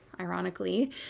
ironically